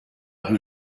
rue